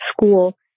school